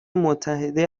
متحده